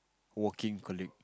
working colleague